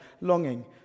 longing